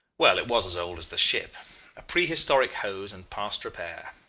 well, it was as old as the ship a prehistoric hose, and past repair.